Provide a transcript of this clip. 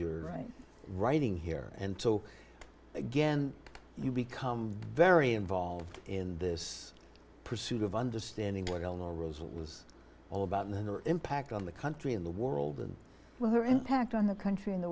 you're writing here and so again you become very involved in this pursuit of understanding where the result was all about and the impact on the country in the world and whether impact on the country in the